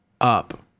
up